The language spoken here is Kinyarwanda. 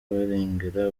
barengera